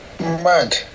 Mad